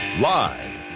Live